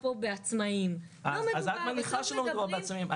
פה בעצמאים --- את מניחה שלא מדובר בעצמאים.